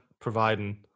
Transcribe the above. providing